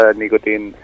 nicotine